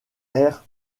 air